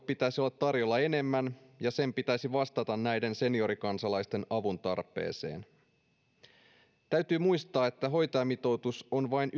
pitäisi olla tarjolla enemmän ja sen pitäisi vastata näiden seniorikansalaisten avuntarpeeseen täytyy muistaa että hoitajamitoitus on vain